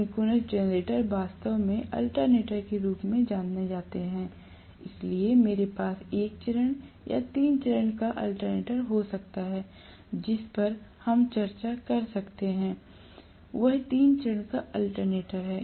synchronous generator वास्तव में alternator के रूप में जाने जाते हैं इसलिए मेरे पास एक चरण या तीन चरण का अल्टरनेटर हो सकता है जिस पर हम चर्चा कर रहे हैं वह तीन चरण का अल्टरनेटर है